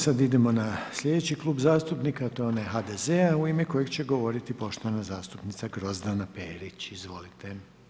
Sad idemo na slijedeći Klub zastupnika a to je onaj HDZ-a u ime kojeg će govoriti poštovana zastupnica Grozdana Perić, izvolite.